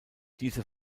diese